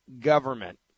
government